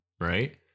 right